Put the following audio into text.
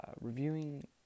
reviewing